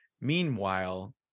meanwhile